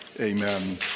Amen